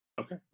Okay